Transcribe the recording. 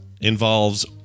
involves